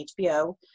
HBO